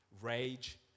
rage